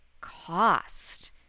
cost